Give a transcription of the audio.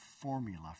formula